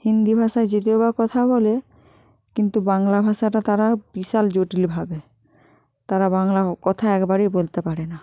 হিন্দি ভাষায় যদিও বা কথা বলে কিন্তু বাংলা ভাষাটা তারা বিশাল জটিল ভাবে তারা বাংলা কথা একবারেই বলতে পারে না